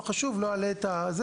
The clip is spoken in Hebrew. לא אלאה אתכם,